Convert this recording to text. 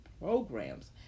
programs